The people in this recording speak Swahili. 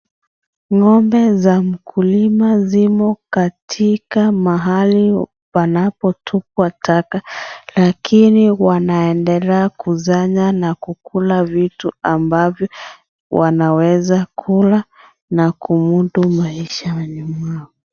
Ngombe za mkulima zimo katika mahali panapotupwa taka lakini wanaendelea kusanya na kukula vitu ambavyo wanaweza kula na kumudu maishani mwao.